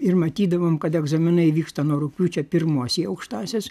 ir matydavom kad egzaminai vyksta nuo rugpjūčio pirmos į aukštąsias